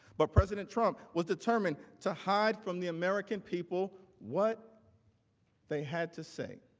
but president trump was determined to hide from the american people, what they had to say.